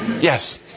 Yes